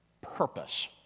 purpose